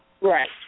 Right